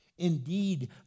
Indeed